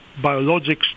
biologics